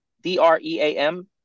D-R-E-A-M